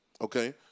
Okay